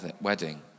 wedding